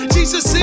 Jesus